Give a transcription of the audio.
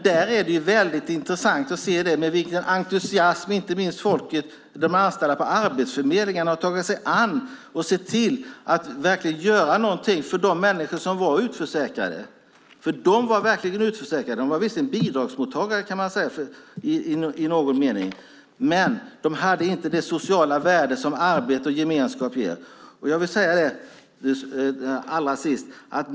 Det är intressant att se med vilken entusiasm inte minst de anställda på arbetsförmedlingarna har tagit sig an att se till att göra något för de människor som varit utförsäkrade. De har verkligen varit utförsäkrade; de har visserligen varit bidragsmottagare i någon mening men de har inte haft det sociala värde som arbete och gemenskap ger.